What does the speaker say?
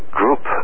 group